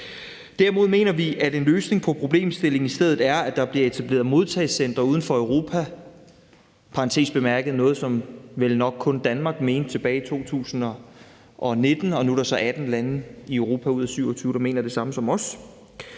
Derimod mener vi, at en løsning på problemstillingen i stedet er, at der bliver etableret modtagecentre uden for Europa. Det er i parentes bemærket noget, som vel nok kun Danmark mente tilbage i 2019, og nu er der så 18 lande i Europa ud af 27, der mener det samme som os.